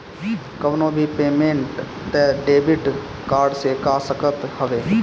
कवनो भी पेमेंट तू डेबिट कार्ड से कअ सकत हवअ